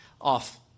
off